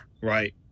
right